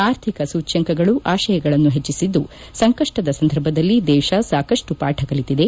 ಆರ್ಥಿಕ ಸೂಚ್ಯಂಕಗಳು ಆಶಯಗಳನ್ನು ಹೆಚ್ಚಿಸಿದ್ದು ಸಂಕಷ್ಟದ ಸಂದರ್ಭದಲ್ಲಿ ದೇಶ ಸಾಕಷ್ಟು ಪಾಠ ಕಲಿತಿದೆ